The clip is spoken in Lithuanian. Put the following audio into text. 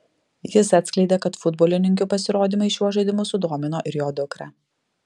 jis atskleidė kad futbolininkių pasirodymai šiuo žaidimu sudomino ir jo dukrą